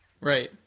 Right